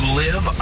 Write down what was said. live